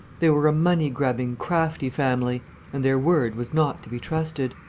they were a money-grubbing, crafty family and their word was not to be trusted.